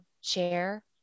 Share